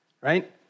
right